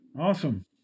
Awesome